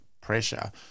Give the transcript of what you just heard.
pressure